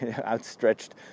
outstretched